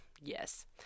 yes